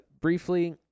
Briefly